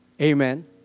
Amen